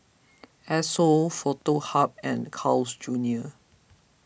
Esso Foto Hub and Carl's Junior